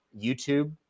youtube